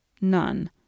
None